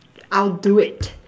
I'll do it